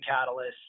Catalyst